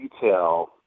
detail